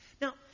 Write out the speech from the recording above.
Now